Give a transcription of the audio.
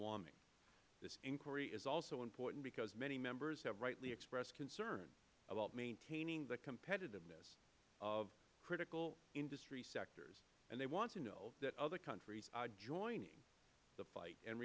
warming this inquiry is also important because many members have rightly expressed concern about maintaining the competitiveness of critical industry sectors and they want to know that other countries are joining the fight and